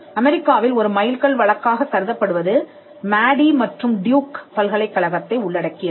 அமெரிக்காவில் ஒரு மைல்கல் வழக்காகக் கருதப்படுவது மேடி மற்றும் டியூக் பல்கலைக்கழகத்தை உள்ளடக்கியது